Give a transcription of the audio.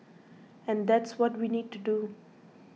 and that's what we need to do